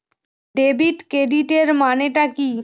Debit ক্রেডিটের মানে টা কি?